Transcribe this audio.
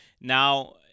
Now